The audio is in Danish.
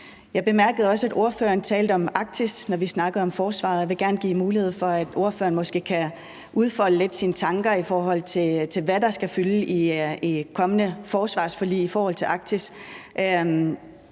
Jeg bemærkede også, at ordføreren talte om Arktis, da vi snakkede om forsvaret. Og jeg vil gerne give mulighed for, at ordføreren måske lidt kan udfolde sine tanker, i forhold til hvad der skal fylde i et kommende forsvarsforlig med hensyn til Arktis.